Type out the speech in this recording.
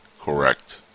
Correct